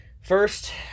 first